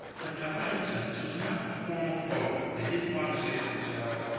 but i want to emphasize, this was not a formal quota. they didn't want to say to themselves,